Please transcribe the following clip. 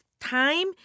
time